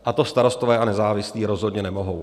A to Starostové a nezávislí rozhodně nemohou.